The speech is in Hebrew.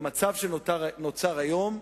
במצב שנוצר היום,